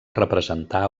representar